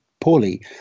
poorly